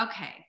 Okay